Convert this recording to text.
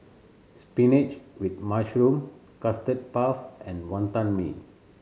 spinach with mushroom Custard Puff and Wonton Mee